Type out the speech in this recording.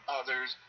others